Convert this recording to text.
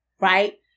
Right